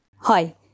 Hi